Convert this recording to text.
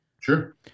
Sure